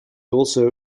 also